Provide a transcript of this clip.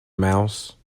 mouse